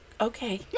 okay